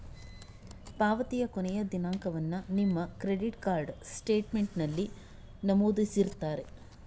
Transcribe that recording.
ಪಾವತಿಯ ಕೊನೆಯ ದಿನಾಂಕವನ್ನ ನಿಮ್ಮ ಕ್ರೆಡಿಟ್ ಕಾರ್ಡ್ ಸ್ಟೇಟ್ಮೆಂಟಿನಲ್ಲಿ ನಮೂದಿಸಿರ್ತಾರೆ